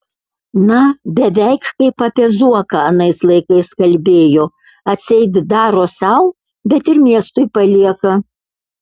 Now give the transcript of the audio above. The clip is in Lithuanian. na beveik kaip apie zuoką anais laikais kalbėjo atseit daro sau bet ir miestui palieka